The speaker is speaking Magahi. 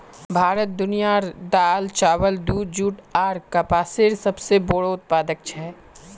भारत दुनियार दाल, चावल, दूध, जुट आर कपसेर सबसे बोड़ो उत्पादक छे